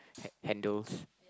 seat handles